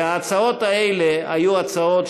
וההצעות האלה היו הצעות,